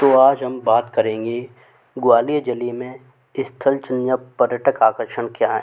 तो आज हम बात करेंगे ग्वालियर ज़िले में स्थल चिन्ह पर्यटक आकर्षन क्या हैं